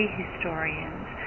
historians